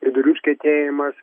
vidurių užkietėjimas